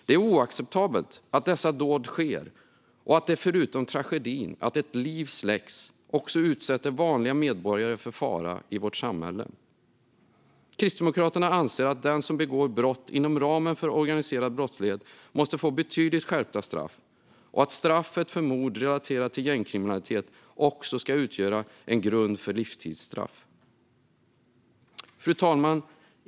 Det är oacceptabelt att dessa dåd sker och att det förutom tragedin att ett liv släcks också utsätter vanliga medborgare för fara i vårt samhälle. Kristdemokraterna anser att den som begår brott inom ramen för organiserad brottslighet måste få betydligt skärpta straff och att mord relaterat till gängkriminalitet också ska utgöra en grund för livstidsstraff. Fru talman!